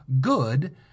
good